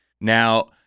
Now